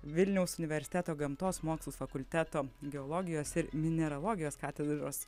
vilniaus universiteto gamtos mokslų fakulteto geologijos ir mineralogijos katedros